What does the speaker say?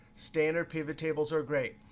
standard pivottables are great.